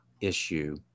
issue